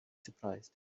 surprised